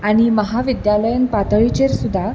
आनी महाविद्यालयन पातळीचेर सुद्दां